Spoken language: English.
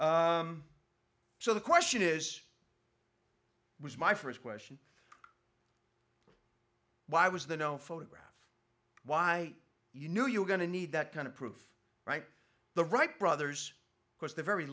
so the question is was my first question why was the no photograph why you knew you were going to need that kind of proof right the wright brothers because the very